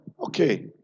Okay